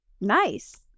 nice